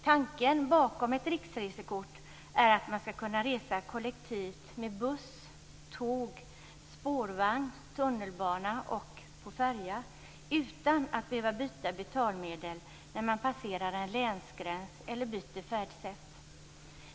Tanken bakom ett riksresekort är att man skall kunna resa kollektivt med buss, tåg, spårvagn, tunnelbana och på färja utan att behöva byta betalmedel när man passerar en länsgräns eller byter färdsätt.